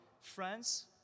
France